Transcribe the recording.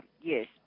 yes